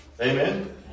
Amen